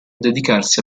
dedicarsi